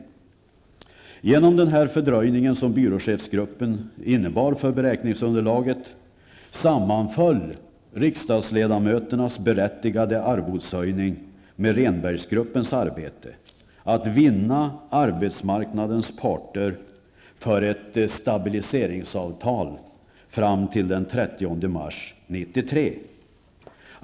Genom den fördröjning som det innebar att byråchefsgruppen ingick i beräkningsunderlaget sammanföll riksdagsledamöternas berättigade arvodeshöjning med Rehnbergsgruppens arbete för att vinna arbetsmarknadens parter för ett stabiliseringsavtal fram till den 30 mars 1993.